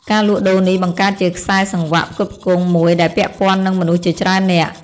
ការលក់ដូរនេះ បង្កើតជាខ្សែសង្វាក់ផ្គត់ផ្គង់មួយដែលពាក់ព័ន្ធនឹងមនុស្សជាច្រើននាក់។